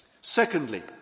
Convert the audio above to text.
Secondly